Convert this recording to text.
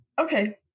okay